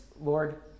Lord